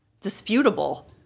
disputable